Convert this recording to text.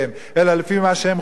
אלא לפי מה שהם חונכו,